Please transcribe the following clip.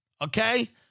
okay